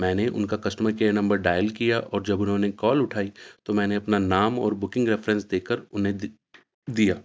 میں نے ان کا کسٹمر کیئر نمبر ڈائل کیا اور جب انہوں نے کال اٹھائی تو میں نے اپنا نام اور بکنگ ریفرینس دے کر انہیں دیا